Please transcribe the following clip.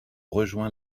rejoint